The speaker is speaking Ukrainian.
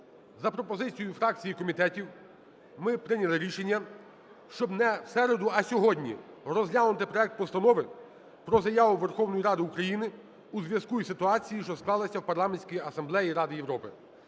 за пропозицією фракцій і комітетів ми прийняли рішення, щоб не в середу, а сьогодні розглянуту проект Постанови про Заяву Верховної Ради України у зв'язку із ситуацією, що склалася в Парламентській Асамблеї Ради Європи.